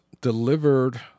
delivered